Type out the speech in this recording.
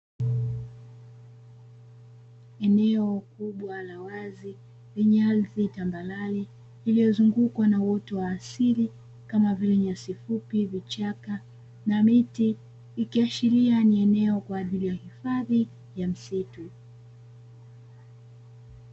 Eneo kubwa la wazi, lenye ardhi tambarare, liliyozungukwa na uoto wa asili kama vile; nyasi fupi, vichaka na miti, ikiashiria ni eneo kwa ajili ya hifadhi ya misitu.